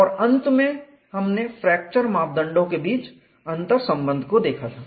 और अंत में हमने फ्रैक्चर मापदंडों के बीच अंतर्संबंध को देखा था